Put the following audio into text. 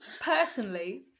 personally